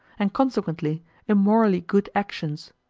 and consequently in morally good actions.